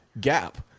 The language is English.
gap